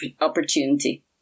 opportunity